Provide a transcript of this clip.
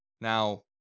Now